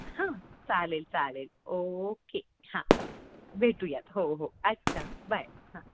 हां चालेल चालेल ओके हां भेटूयात हो हो अच्छा बाय हां